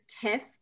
tiff